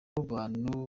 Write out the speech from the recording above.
bantu